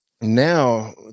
now